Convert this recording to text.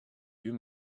you